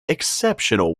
exceptional